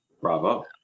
bravo